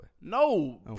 No